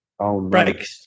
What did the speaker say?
right